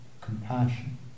compassion